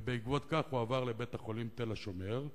ובעקבות כך הועבר לבית-החולים "תל השומר"